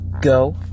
go